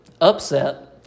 upset